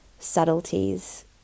subtleties